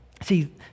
See